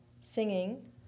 singing